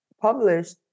published